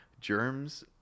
Germs